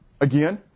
Again